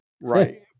Right